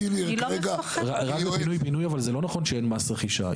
רק בפינוי בינוי אבל, זה לא נכון שאין מס רכישה.